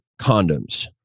condoms